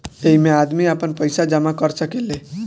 ऐइमे आदमी आपन पईसा जमा कर सकेले